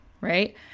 right